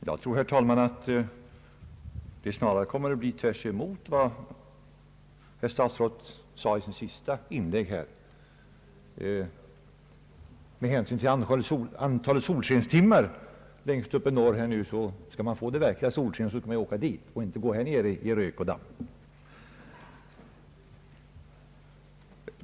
Herr talman! Jag tror att det snarare kommer att bli tvärtemot vad herr statsrådet antydde i sitt sista inlägg. Med tanke på antalet solskenstimmar längst uppe i norr skall man nog resa dit upp om man verkligen vill njuta av solshk och inte gå här nere i rök och damm.